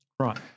Right